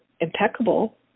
impeccable